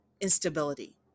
instability